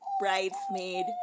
bridesmaid